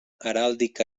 heràldica